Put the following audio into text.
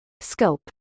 scope